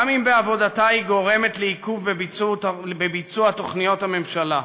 גם אם בעבודתה היא גורמת לעיכוב בביצוע תוכניות הממשלה.